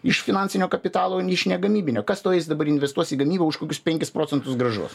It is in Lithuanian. iš finansinio kapitalo iš negamybinio kas tau eis dabar investuos į gamybą už kokius penkis procentus grąžos